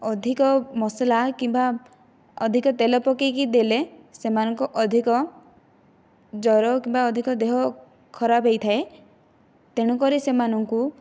ଅଧିକ ମସଲା କିମ୍ବା ଅଧିକ ତେଲ ପକାଇକି ଦେଲେ ସେମାନଙ୍କୁ ଅଧିକ ଜ୍ଵର କିମ୍ବା ଅଧିକ ଦେହ ଖରାପ ହୋଇଥାଏ ତେଣୁକରି ସେମାନଙ୍କୁ